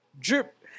Drip